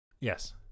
yes